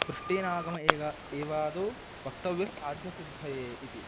पृष्ठेनागम एक एवादौ वक्तव्यस्साध्यसिद्धये इति